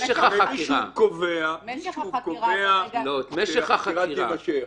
הרי מישהו קובע שהחקירה תימשך,